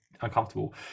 uncomfortable